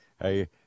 Hey